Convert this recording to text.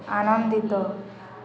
ଆନନ୍ଦିତ